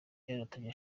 byanatumye